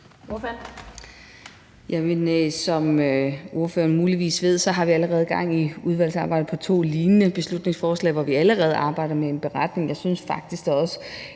Som ordføreren muligvis ved, har vi allerede gang i udvalgsarbejdet i forbindelse med to lignende beslutningsforslag, hvor vi allerede arbejder med en beretning. Jeg synes faktisk, det lige